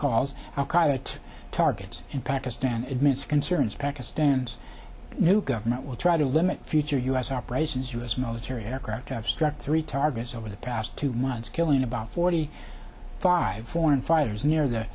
to targets in pakistan admits concerns pakistan's new government will try to limit future u s operations u s military aircraft have struck three targets over the past two months killing about forty five foreign fighters near the